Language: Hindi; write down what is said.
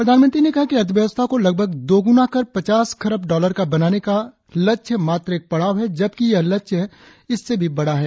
प्रधानमंत्री ने कहा कि अर्थव्यवस्था को लगभग दोगुना कर पचास खरब डॉलर का बनाने का लक्ष्य मात्र एक पड़ाव है जबकि यह लक्ष्य इससे भी बड़ा है